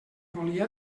volia